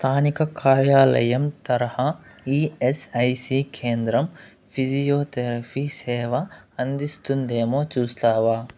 స్థానిక కార్యాలయం తరహా ఈఎస్ఐసీ కేంద్రం ఫిజియోథెరఫీ సేవ అందిస్తుందేమో చూస్తావా